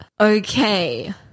Okay